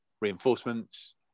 Reinforcements